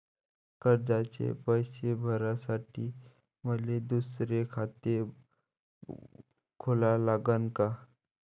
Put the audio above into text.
कर्जाचे पैसे भरासाठी मले दुसरे खाते खोला लागन का?